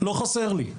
לא חסר לי.